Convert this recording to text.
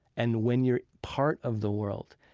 and when you're part of the world,